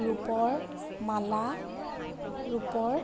ৰূপৰ মালা ৰূপৰ